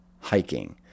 hiking